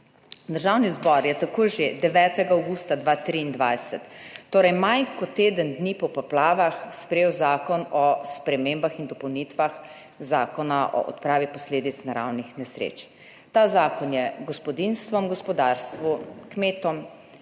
Državni zbor je tako že 9. avgusta 2023, torej manj kot teden dni po poplavah, sprejel Zakon o spremembah in dopolnitvah Zakona o odpravi posledic naravnih nesreč. Ta zakon je gospodinjstvom, gospodarstvu, kmetom,